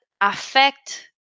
affect